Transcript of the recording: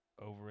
over